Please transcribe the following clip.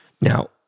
Now